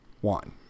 one